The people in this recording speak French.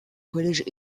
collège